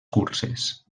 curses